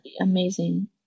amazing